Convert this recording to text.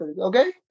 Okay